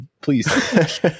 please